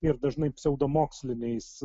ir dažnai pseudomoksliniais